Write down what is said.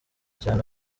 cyane